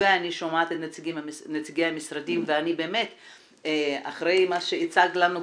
ואני שומעת את נציגי המשרדים ובאמת אחרי מה שהצגת לנו,